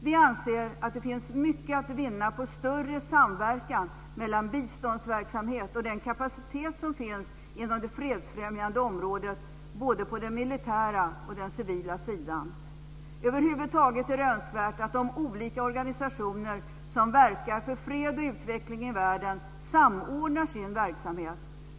Vi anser att det finns mycket att vinna på större samverkan mellan biståndsverksamhet och den kapacitet som finns inom det fredsfrämjande området, både på den militära och den civila sidan. Över huvud taget är det önskvärt att de olika organisationer som verkar för fred och utveckling i världen samordnar sin verksamhet.